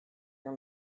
your